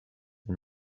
and